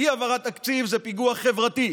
אי-העברת תקציב זה פיגוע חברתי,